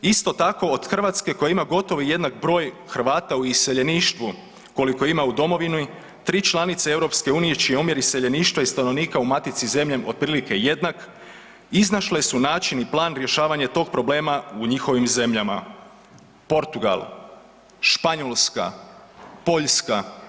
Isto tako, od Hrvatske koja ima gotovo jednak broj Hrvata u iseljeništvu koliko ima u Domovini tri članice EU čiji je omjer iseljeništva i stanovnika u matici zemlji otprilike jednak iznašle su način i plan rješavanja tog problema u njihovim zemljama – Portugal, Španjolska, Poljska.